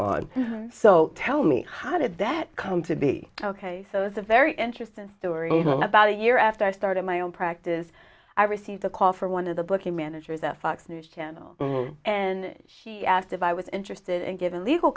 on so tell me how did that come to be ok so it's a very interesting story about a year after i started my own practice i received a call from one of the booking managers at fox news channel and she asked if i was interested and give a legal